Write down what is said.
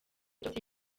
byose